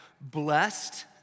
Blessed